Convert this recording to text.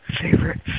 favorite